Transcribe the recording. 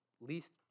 least